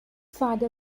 father